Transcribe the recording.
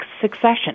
succession